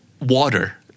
water